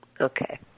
Okay